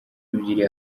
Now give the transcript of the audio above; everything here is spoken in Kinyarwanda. ebyiri